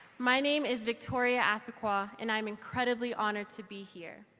my name is victoria asuquo and i'm incredibly honored to be here.